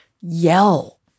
yell